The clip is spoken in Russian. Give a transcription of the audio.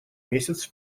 месяц